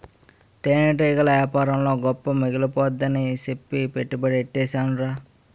తేనెటీగల యేపారంలో గొప్ప మిగిలిపోద్దని సెప్పి పెట్టుబడి యెట్టీసేనురా